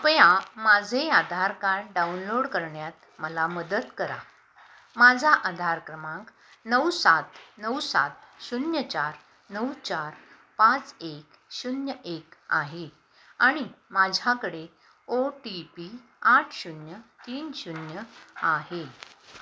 कृपया माझे Aadhaar card download करण्यात मला मदत करा माझा आधार क्रमांक नऊ सात नऊ सात शून्य चार नऊ चार पाच एक शून्य एक आहे आणि माझ्याकडे ओ टी पी आठ शून्य तीन शून्य आहे